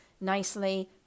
nicely